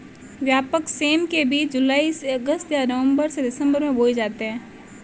व्यापक सेम के बीज जुलाई से अगस्त या नवंबर से दिसंबर में बोए जाते हैं